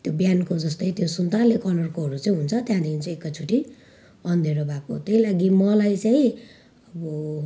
त्यो बिहानको जस्तै त्यो सुन्तले कलरकोहरू चाहिँ हुन्छ त्यहाँदेखि चाहिँ एकै चोटि अँध्यारो भएको त्यही लागि मलाई चाहिँ अब